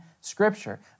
scripture